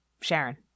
Sharon